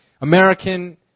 American